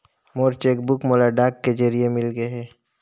मोर cheque book मोला डाक के जरिए मिलगे हे